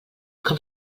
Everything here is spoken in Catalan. com